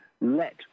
let